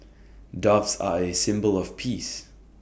doves are A symbol of peace